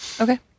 Okay